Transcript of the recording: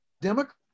Democrat